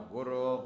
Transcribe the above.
Guru